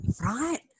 right